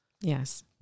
Yes